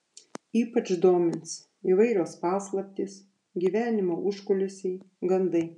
ypač domins įvairios paslaptys gyvenimo užkulisiai gandai